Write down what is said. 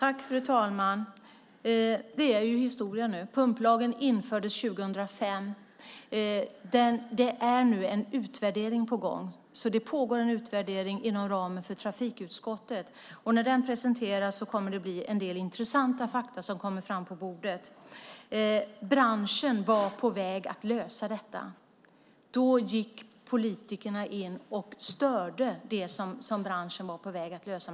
Fru ålderspresident! Det är historia nu. Pumplagen infördes 2005. Det är en utvärdering på gång. Den pågår inom ramen för trafikutskottet. När den presenteras kommer en del intressanta fakta fram på bordet. Branschen var på väg att lösa detta. Då gick politikerna in och störde det som branschen var på väg att uppnå.